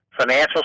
financial